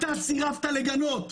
אתה סירבת לגנות.